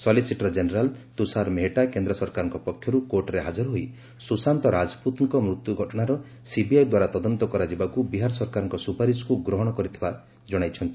solicitor general Tushar Mehta କେନ୍ଦ୍ର ସରକାରଙ୍କ ପକ୍ଷରୁ କୋର୍ଟରେ ହାଜର ହୋଇ ସୁଶାନ୍ତ ରାଜପୁତଙ୍କ ମୃତ୍ୟୁ ଘଟଣାର ସିବିଆଇ ଦ୍ୱାରା ତଦନ୍ତ କରାଯିବାକୁ ବିହାର ସରକାରଙ୍କ ସୁପାରିଶ୍କୁ ଗ୍ରହଣ କରିଥିବାର ଜଣାଇଛନ୍ତି